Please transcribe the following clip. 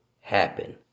happen